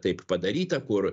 taip padaryta kur